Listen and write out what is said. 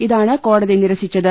ഇതാണ് കോടതി നിരസിച്ചത്